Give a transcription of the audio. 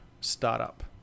startup